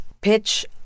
pitch